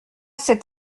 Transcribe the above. cet